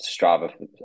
Strava